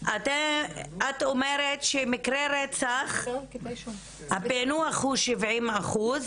את אומרת שמקרי רצח הפענוח הוא 70 אחוז,